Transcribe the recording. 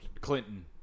Clinton